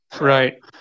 Right